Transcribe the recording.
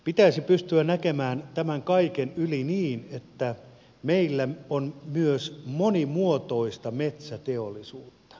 pitäisi pystyä näkemään tämän kaiken yli niin että meillä on myös monimuotoista metsäteollisuutta